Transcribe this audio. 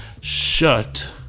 shut